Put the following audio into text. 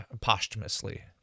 posthumously